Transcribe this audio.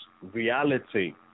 reality